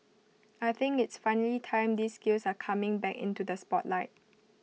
I think it's finally time these skills are coming back into the spotlight